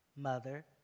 Mother